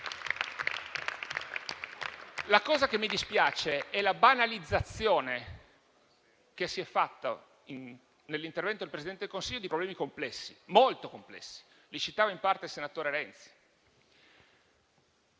Quello che mi dispiace è la banalizzazione che si è fatta, nell'intervento del Presidente del Consiglio, di problemi molto complessi, che citava in parte il senatore Renzi.